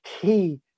key